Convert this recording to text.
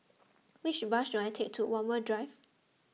which bus should I take to Walmer Drive